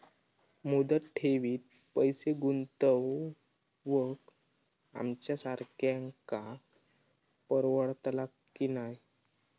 मुदत ठेवीत पैसे गुंतवक आमच्यासारख्यांका परवडतला की नाय?